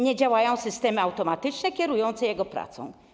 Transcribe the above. Nie działają systemy automatyczne kierujące jego pracą.